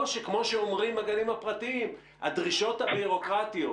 או שכמו שאומרים הגנים הפרטיים הדרישות הבירוקרטיות